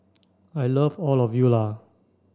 I love all of you Lah